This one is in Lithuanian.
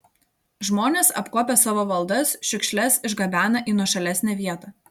žmonės apkuopę savo valdas šiukšles išgabena į nuošalesnę vietą